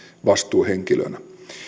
vastuuhenkilönä